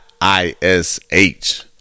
I-S-H